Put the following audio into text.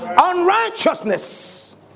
unrighteousness